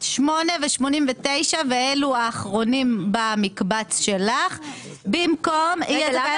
ואני מתמללת את גיא זוהר,